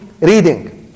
reading